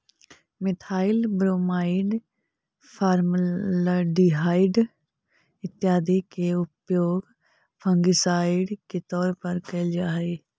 methyl bromide, formaldehyde इत्यादि के उपयोग फंगिसाइड के तौर पर कैल जा हई